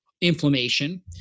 inflammation